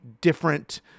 different